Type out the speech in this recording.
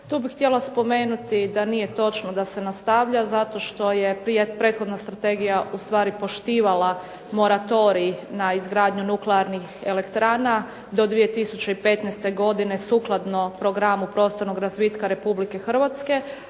tu bih htjela spomenuti da nije točno da se nastavlja zato što je prethodna strategija poštivala moratorij na izgradnju nuklearnih elektrana do 2015. godine sukladno programu prostornog razvitka Republike Hrvatske